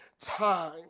time